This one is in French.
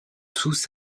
tous